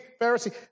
Pharisee